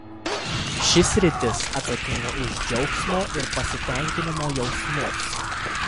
ši sritis atsakinga už džiaugsmo ir pasitenkinimo jausmus